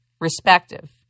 respective